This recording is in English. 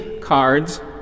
cards